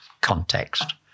context